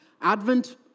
Advent